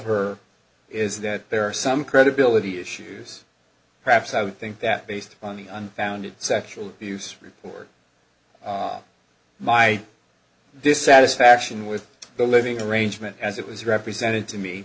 her is that there are some credibility issues perhaps i would think that based on the unfounded sexual abuse report my dissatisfaction with the living arrangement as it was represented to me